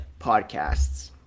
podcasts